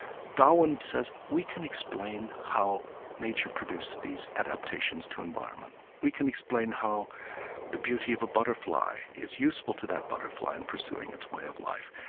darwin says, we can explain how nature produced these adaptations to environment. we can explain how the beauty of a butterfly is useful to that butterfly in pursuing its way of life.